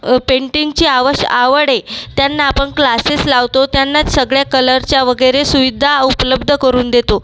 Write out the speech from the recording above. अ पेंटिंगची आवश आवड आहे त्यांना आपण क्लासेस लावतो त्यांना सगळ्या कलरच्या वगैरे सुविधा उपलब्ध करून देतो